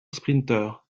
sprinteur